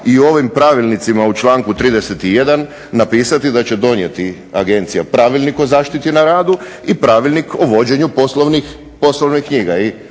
u ovim pravilnicima u članku 31. napisati da će donijeti Agencija Pravilnik o zaštiti na radu i Pravilnik o vođenju poslovnih knjiga